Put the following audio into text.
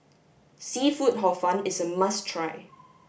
seafood hor fun is a must try